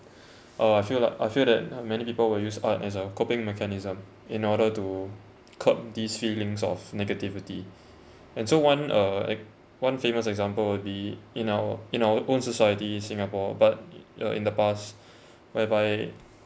uh I feel like I feel that many people will use art as a coping mechanism in order to curb these feelings of negativity and so one uh eh one famous example will be in our in our own society in singapore but uh in the past whereby